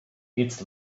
its